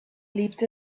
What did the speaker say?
leapt